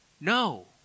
No